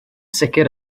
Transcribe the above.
sicr